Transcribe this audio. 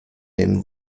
den